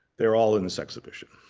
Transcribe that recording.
they're all in this exhibition.